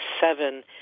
seven